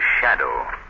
Shadow